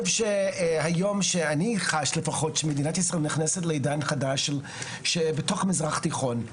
היום אני חש שמדינת ישראל נכנסת לעידן חדש בתוך המזרח התיכון.